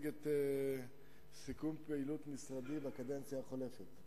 את סיכום פעילות משרדי בקדנציה החולפת.